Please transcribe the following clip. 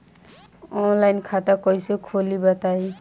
Online खाता कइसे खोली बताई?